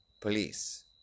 police